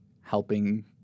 helping